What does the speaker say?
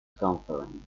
conference